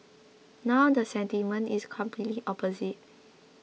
now the sentiment is completely opposite